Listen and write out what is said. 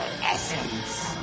essence